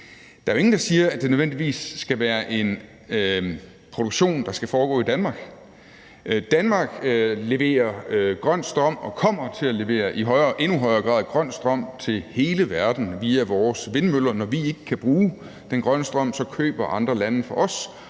Der er jo ingen, der siger, at det nødvendigvis skal være en produktion, der skal foregå i Danmark. Danmark leverer grøn strøm og kommer til i endnu højere grad at levere grøn strøm til hele verden via vores vindmøller. Når vi ikke kan bruge den grønne strøm, køber andre lande fra os,